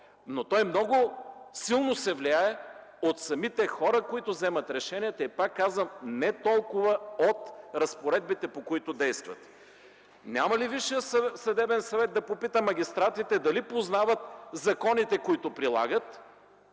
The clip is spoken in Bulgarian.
но много силно се влияе от хората, които вземат решенията, и пак казвам – не толкова от разпоредбите, по които действат. Няма ли Висшият съдебен съвет да попита магистратите дали познават законите, които прилагат,